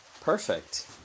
Perfect